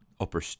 Upper